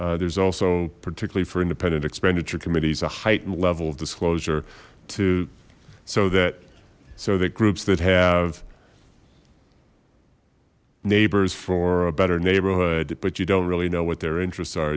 and there's also particularly for independent expenditure committees a heightened level of disclosure to so that so that groups that have neighbors for a better neighborhood but you don't really know what their interests are